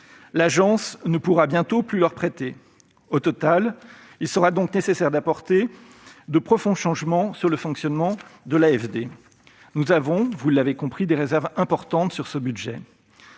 L'Agence ne pourra bientôt plus leur prêter. Au total, il sera donc nécessaire d'apporter de profonds changements au fonctionnement de l'AFD. Nous avons, vous l'avez compris, des réserves importantes sur ce budget